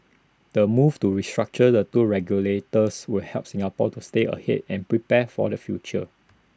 the move to restructure the two regulators will help Singapore to stay ahead and prepare for the future